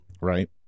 right